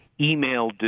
email